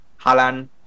Halan